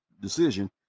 decision